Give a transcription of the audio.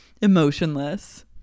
emotionless